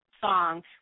song